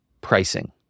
pricing